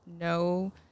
no